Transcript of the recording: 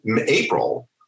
April